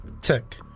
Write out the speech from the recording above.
tick